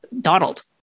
Donald